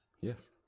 Yes